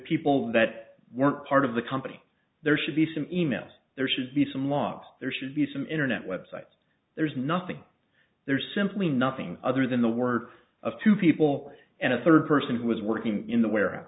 people that weren't part of the company there should be some e mails there should be some logs there should be some internet web sites there's nothing there's simply nothing other than the word of two people and a third person who was working in the w